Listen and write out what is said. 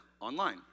online